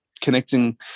connecting